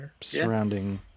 surrounding